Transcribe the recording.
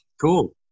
Cool